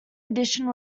edition